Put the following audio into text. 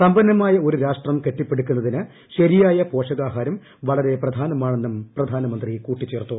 സമ്പന്നമായ ഒരു രാഷ്ട്രം കെട്ടിപ്പടുക്കുന്നതിന് ശരിയായ പോഷകാഹാരം വളരെ പ്രധാനമാണെന്നും പ്രധാനമന്ത്രി കൂട്ടിച്ചേർത്തു